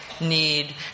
need